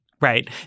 Right